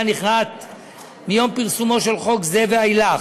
נכרת מיום פרסומו של חוק זה ואילך.